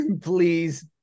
please